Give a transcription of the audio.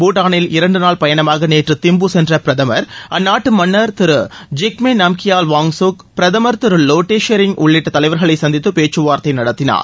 பூடாளில் இரண்டுநாள் பயணமாக நேற்று திம்பு சென்ற பிரதமர் அந்நாட்டு மன்னர் திரு ஜிக்மே நாம்கியால் வாங்சுக் பிரகமர் திரு வோட்டே ஷெரிங் உள்ளிட்ட தலைவர்களை சந்தித்து பேச்சுவார்த்தை நடத்தினார்